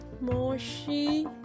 Moshi